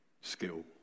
skill